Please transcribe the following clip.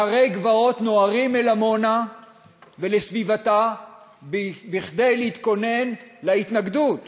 נערי גבעות נוהרים לעמונה ולסביבתה כדי להתכונן להתנגדות.